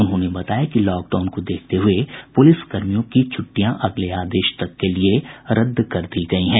उन्होंने बताया कि लॉकडाउन को देखते हुए पुलिस कर्मियों की छुट्टियां अगले आदेश तक के लिए रद्द कर दी गयी हैं